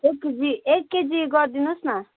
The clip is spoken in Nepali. एक केजी एक केजी गरिदिनु होस् न